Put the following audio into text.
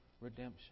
redemption